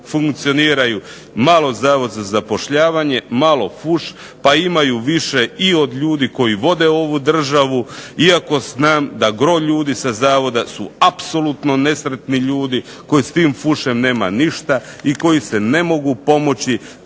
funkcioniraju malo Zavod za zapošljavanje, malo fuš pa imaju više i od ljudi koji vode ovu državu, iako znam da gro ljudi sa zavoda su apsolutno nesretni ljudi koji s tim fušem nema ništa i koji se ne mogu pomoći